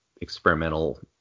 experimental